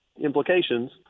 implications